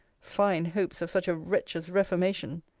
fine hopes of such a wretch's reformation!